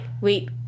wait